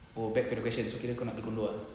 oh back to the question so kira kau nak beli condo ah